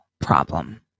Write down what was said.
problem